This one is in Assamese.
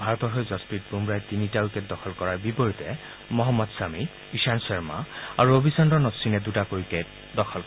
ভাৰতৰ হৈ জছপ্ৰীত বুমৰাহ্ই তিনিটা উইকেট দখল কৰাৰ বিপৰীতে মহম্মদ শ্বামী ইশান্ত শৰ্মা আৰু ৰবিচন্দ্ৰন অশ্বিনে দুটাকৈ উইকেট দখল কৰে